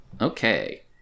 Okay